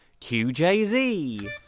QJZ